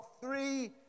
three